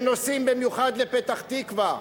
הם נוסעים במיוחד לפתח-תקווה,